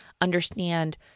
understand